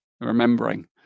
remembering